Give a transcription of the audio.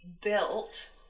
built